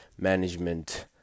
management